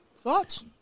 thoughts